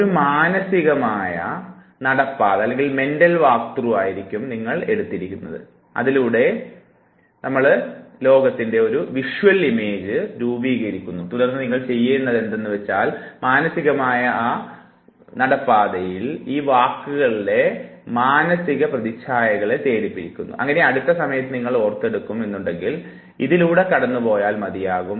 ഒരു മാനസികമായ നടപ്പാതയായിരിക്കും നിങ്ങൾ ഇപ്പോൾ ഏറ്റെടുക്കുന്നത് അതിലൂടെ ലോകത്തിൻറെ മാനസിക പ്രതിച്ഛായ നിങ്ങൾ രൂപീകരിക്കുന്നു തുടർന്ന് നിങ്ങൾ ചെയ്യുന്നതെന്തെന്നാൽ മാനസികമായ നടപ്പാതയിൽ ഈ വാക്കുകളെ മാനസിക പ്രതിച്ഛായകളെ തേടിപിടിക്കുന്നു അങ്ങനെ അടുത്ത സമയത്ത് നിങ്ങൾക്കത് ഒർത്തെടുക്കണം എന്നുണ്ടെങ്കിൽ ആ ഇടത്തിലൂടെ കടന്നു പോയാൽ മതിയാകും